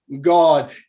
God